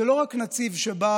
זה לא רק נציב שבא,